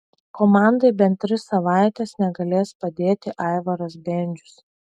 komandai bent tris savaites negalės padėti aivaras bendžius